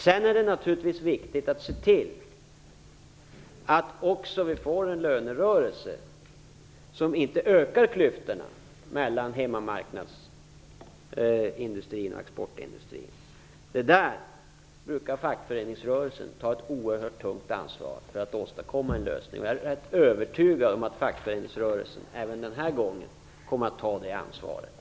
Det är naturligtvis viktigt att se till att vi också får en lönerörelse som inte ökar klyftorna mellan hemmamarknadsindustrin och exportindustrin. Fackföreningsrörelsen brukar ta ett oerhört tungt ansvar för att åstadkomma en lösning. Jag är övertygad om att fackföreningsrörelsen även den här gången kommer att ta det ansvaret.